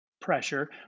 pressure